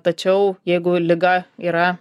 tačiau jeigu liga yra